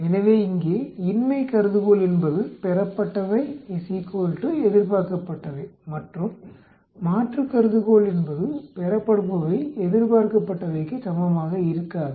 எனவே இங்கே இன்மை கருதுகோள் என்பது பெறப்பட்டவை எதிர்பார்க்கப்பட்டவை மற்றும் மாற்று கருதுகோள் என்பது பெறப்படுபவை எதிர்பார்க்கப்பட்டவைக்குச் சமமாக இருக்காது